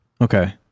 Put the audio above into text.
Okay